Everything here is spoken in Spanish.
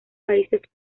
países